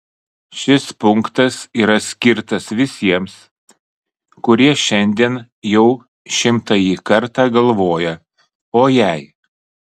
šis punktas yra skirtas visiems kurie šiandien jau šimtąjį kartą galvoja o jei